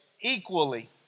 equally